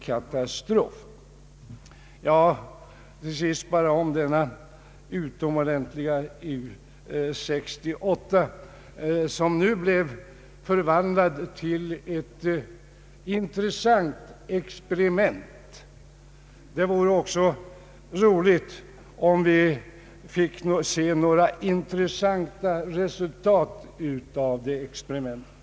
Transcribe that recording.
Till sist bara ett par ord om den utomordentliga U 68, som nu blev förvandlad till ett intressant experiment. Det vore roligt om vi också kunde få se några intressanta resultat av det experimentet.